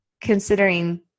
considering